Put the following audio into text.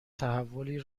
تحولی